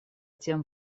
тем